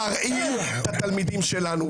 להרעיל את התלמידים שלנו.